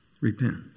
Repent